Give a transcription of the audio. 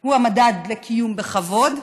הוא המדד לקיום בכבוד.